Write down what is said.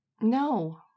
no